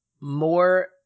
more